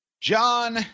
John